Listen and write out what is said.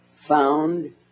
found